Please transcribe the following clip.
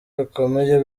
bikomeye